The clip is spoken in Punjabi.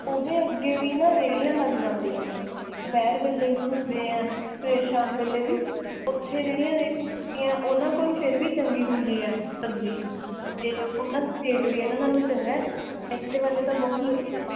ਉਹਦੇ ਅੱਗੇ ਵੀ ਨਾ ਰੇੜੀਆਂ ਲੱਗ ਜਾਂਦੀਆਂ ਦੁਪਹਿਰ ਵੇਲੇ ਵੀ ਹੁੰਦੇ ਹੈ ਫਿਰ ਸ਼ਾਮ ਵੇਲੇ ਵੀ ਉੱਥੇ ਜਿਹੜੀਆਂ ਰੇੜੀਆਂ ਉਹਨਾਂ ਕੋਲ ਫਿਰ ਵੀ ਚੰਗੀ ਹੁੰਦੀ ਹੈ ਸਬਜ਼ੀ ਉਹਨਾਂ ਦੀ ਰੇਟ ਵੀ ਇਹਨਾਂ ਨਾਲੋਂ ਚੰਗਾ ਇੱਥੇ ਵਾਲੇ ਤਾਂ ਬਹੁਤ ਲੁੱਟਦੇ ਹੈ